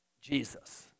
Jesus